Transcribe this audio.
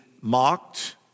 mocked